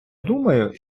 думаю